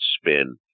spin